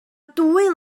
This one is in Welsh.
dwy